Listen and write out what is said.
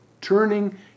turning